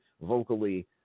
vocally